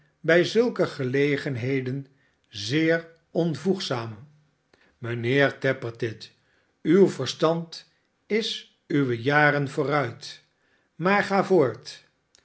bij zulke gelegenheden zeer onvoegzaam mijnheer tappertit uw verstand is uwe jaren vooruit maar ga voort